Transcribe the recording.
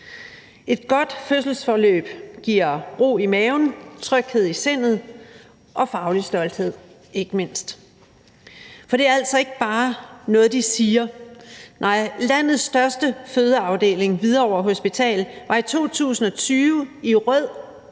Et godt fødselsforløb giver ro i maven, tryghed i sindet og faglig stolthed ikke mindst. For det er altså ikke bare noget, de siger. Nej, landets største fødeafdeling på Hvidovre Hospital var i 2020 i rød